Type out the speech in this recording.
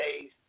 days